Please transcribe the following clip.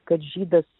kad žydas